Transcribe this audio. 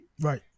Right